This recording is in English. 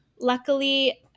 luckily